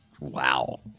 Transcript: Wow